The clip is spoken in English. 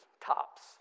tops